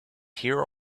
hear